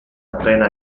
appena